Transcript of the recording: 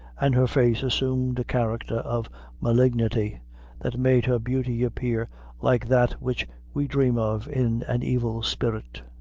and her face assumed a character of malignity that made her beauty appear like that which we dream of in an evil spirit.